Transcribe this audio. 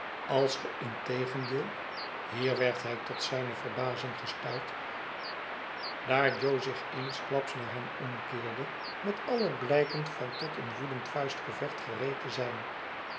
als ge integendeel hier werd hij tot zijne verbazing gestuit daar jo zich eensklaps naar hem omkeerde met alle blijken van tot een woedend vuistgevecht gereed te zijn